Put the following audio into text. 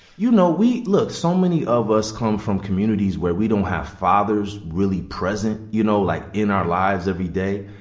you know, we look, so many of us come from communities where we don't have fathers really present, you know, like, in our lives every day.